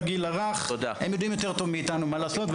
הם יודעים טוב מאתנו מה לעשות.